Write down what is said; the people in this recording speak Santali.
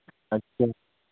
ᱟᱪᱪᱷᱟ